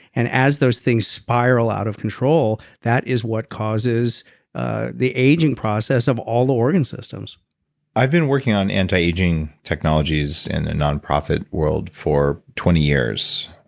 and as those things spiral out of control, that is what causes ah the aging process of all organ systems i've been working on antiaging technologies in the nonprofit world for twenty years.